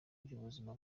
by’ubuzima